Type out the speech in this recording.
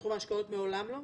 בתחום ההשקעות מעולם לא?